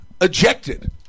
ejected